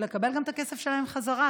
ולקבל גם את הכסף שלהם חזרה,